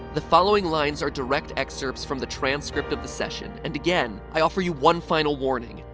the following lines are direct excerpts from the transcript of the session and again, i offer you one final warning.